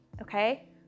okay